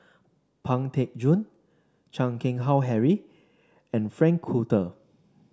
Pang Teck Joon Chan Keng Howe Harry and Frank Cloutier